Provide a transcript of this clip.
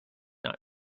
not